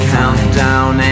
Countdown